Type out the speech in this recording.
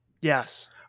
Yes